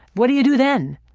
what do you do then?